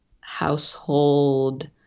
household